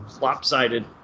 lopsided